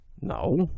No